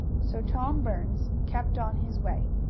so tom burns kept on his way.